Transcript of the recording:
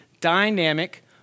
dynamic